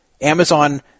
Amazon